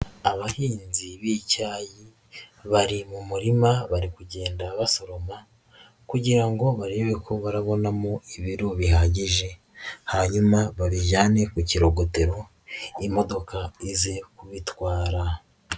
Abahinzi b'icyayi bari mu murima bari kugenda basoroma kugira ngo barebe ko barabonamo ibiro bihagije hanyuma babijyane ku kirogotero imodoka ize kubitwara.